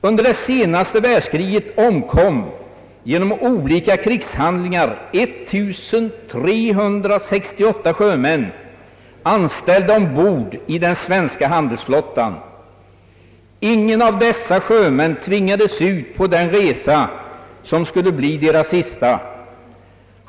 Under det senaste världskriget omkom genom olika krigshandlingar 1368 sjömän anställda ombord på fartyg i den svenska handelsflottan. Ingen av dessa sjömän tvingades ut på den resa som skulle bli hans sista.